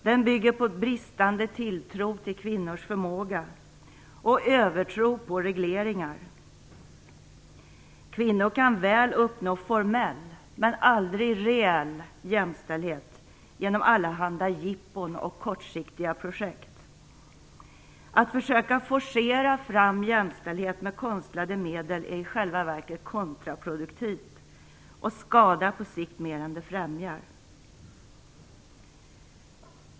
Den bygger på bristande tilltro till kvinnors förmåga och övertro på regleringar. Kvinnor kan väl uppnå formell, men aldrig reell, jämställdhet genom allehanda jippon och kortsiktiga projekt. Att försöka forcera fram jämställdhet med konstlade medel är i själva verket kontraproduktivt och skadar på sikt mer än det främjar.